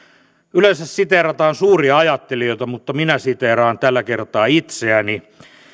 yleensä siteerataan suuria ajattelijoita mutta minä siteeraan tällä kertaa itseäni